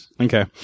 Okay